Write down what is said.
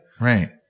right